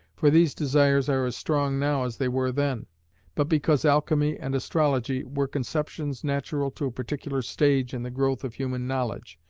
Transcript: for these desires are as strong now as they were then but because alchemy and astrology were conceptions natural to a particular stage in the growth of human knowledge,